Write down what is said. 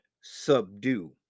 subdue